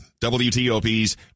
WTOP's